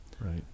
Right